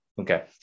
Okay